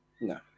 No